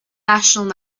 national